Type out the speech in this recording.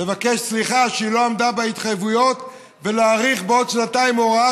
לבקש סליחה שהיא לא עמדה בהתחייבויות ולהאריך בעוד שנתיים הוראה